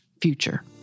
future